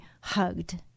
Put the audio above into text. hugged